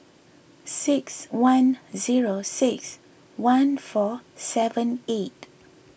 six one zero six one four seven eight